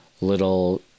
little